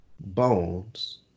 bones